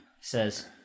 says